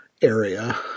area